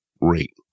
rate